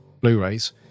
Blu-rays